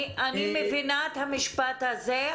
אני מבינה את המשפט הזה.